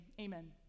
amen